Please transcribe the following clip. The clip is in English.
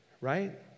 Right